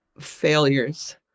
failures